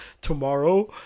tomorrow